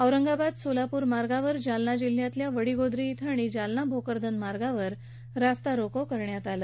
औरंगाबाद सोलापूर मार्गावर जालना जिल्ह्यातल्या वडिगोद्री धिं आणि जालना भोकरदन मार्गावर रास्ता रोको करण्यात आला